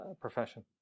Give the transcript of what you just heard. profession